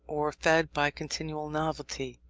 or fed by continual novelty.